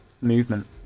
movement